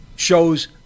shows